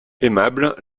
aimable